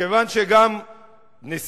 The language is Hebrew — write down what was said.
וכיוון שגם נשיא,